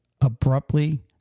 abruptly